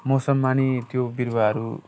मौसममा नि त्यो बिरुवाहरू